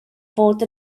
fod